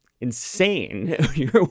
insane